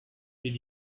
did